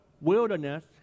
wilderness